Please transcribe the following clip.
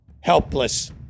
helpless